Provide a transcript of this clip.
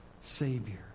Savior